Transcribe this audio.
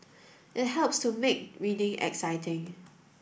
it helps to make reading exciting